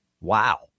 wow